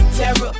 terror